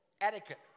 etiquette